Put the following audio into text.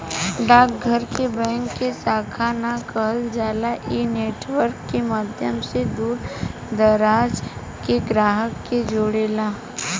डाक घर के बैंक के शाखा ना कहल जाला इ नेटवर्क के माध्यम से दूर दराज के ग्राहक के जोड़ेला